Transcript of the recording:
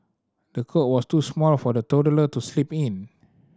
the cot was too small for the toddler to sleep in